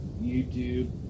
YouTube